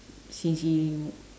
since he